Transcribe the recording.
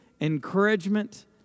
encouragement